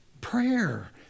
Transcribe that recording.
prayer